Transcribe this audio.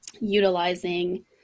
utilizing